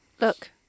look